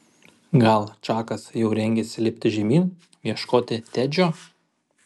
gal čakas jau rengėsi lipti žemyn ieškoti tedžio